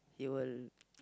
he will